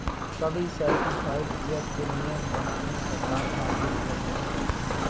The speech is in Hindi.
सभी सर्टिफाइड चेक के नियम बनाने का कार्य भारतीय रिज़र्व बैंक करती है